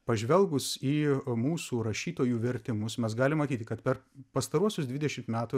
pažvelgus į mūsų rašytojų vertimus mes galim matyti kad per pastaruosius dvidešimt metų